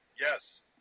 yes